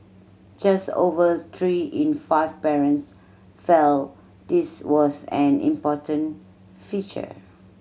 just over three in five parents felt this was an important feature